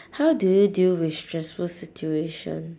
how do you deal with stressful situation